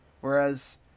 Whereas